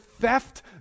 theft